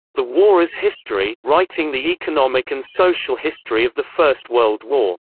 the war as history writing the economic and social history of the first world war.